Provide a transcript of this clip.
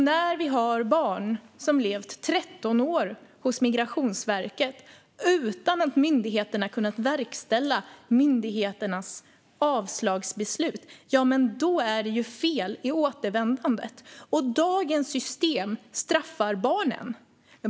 När vi har barn som har levt tretton år utan att Migrationsverket har kunnat verkställa sitt avslagsbeslut, då är det fel i återvändandet. Dagens system straffar barnen.